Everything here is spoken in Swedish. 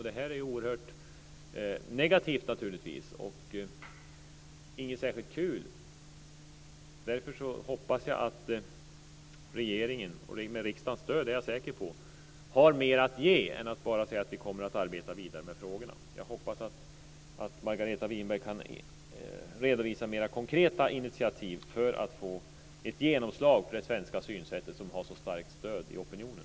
Det här är oerhört negativt, naturligtvis, och inte särskilt kul. Därför hoppas jag att regeringen - och med riksdagens stöd, det är jag säker på - har mer att ge än att bara säga att man kommer att arbeta vidare med frågorna. Jag hoppas att Margareta Winberg kan redovisa mer konkreta initiativ för att få genomslag för det svenska synsättet, som har så starkt stöd i opinionen.